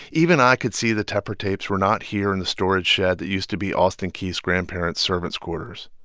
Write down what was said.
even i could see the tepper tapes were not here in the storage shed that used to be alston keith's grandparents' servants' quarters.